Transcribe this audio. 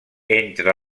entre